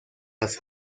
las